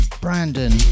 brandon